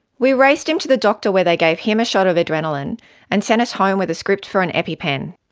we raced him to the doctor where they gave him a shot of adrenaline and sent us home with a script for an epi-pen.